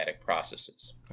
processes